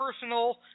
personal